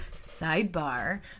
sidebar